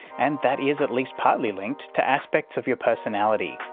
and that is at least partly linked to aspects of your personality,